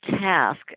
task